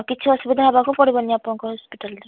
କିଛି ଅସୁବିଧା ହେବାକୁ ପଡ଼ିବନି ଆପଣଙ୍କ ହସ୍ପିଟାଲରେ